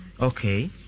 Okay